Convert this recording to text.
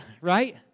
right